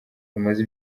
bamaze